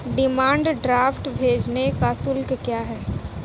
Demand draft भेजने का शुल्क क्या है?